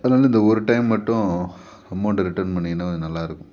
அதனால் இந்த ஒரு டைம் மட்டும் அமௌண்டை ரிட்டன் பண்ணீங்கன்னால் கொஞ்சம் நல்லாயிருக்கும்